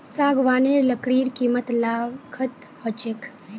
सागवानेर लकड़ीर कीमत लाखत ह छेक